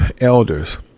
elders